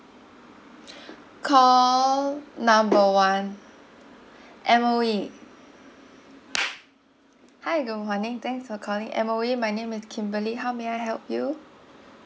call number one M_O_E hi good morning thanks for calling M_O_E my name is kimberly how may I help you